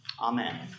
Amen